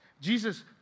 Jesus